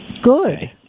Good